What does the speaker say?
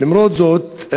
למרות זאת,